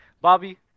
Bobby